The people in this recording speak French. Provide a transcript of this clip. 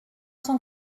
cent